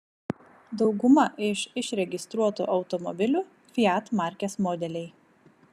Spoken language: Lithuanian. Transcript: dauguma iš išregistruotų automobiliu fiat markės modeliai